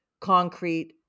concrete